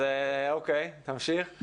אוקיי, תמשיך.